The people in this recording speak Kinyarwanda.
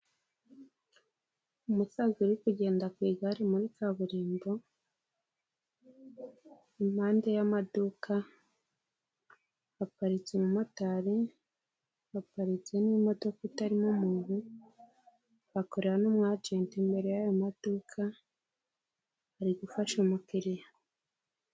Umusaza uri kugenda ku igare muri kaburimbo impande y'amaduka, haparitse umumotari, haparitse n'imodoka itarimo umuntu, hakorera n'umu agenti imbere y'ayo maduka, ari gufasha umukiriya.